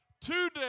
Today